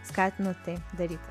skatinu tai daryti